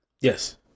Yes